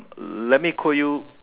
let me quote you